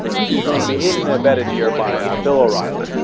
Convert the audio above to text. she's going to be aided and abetted here by ah bill o'reilly.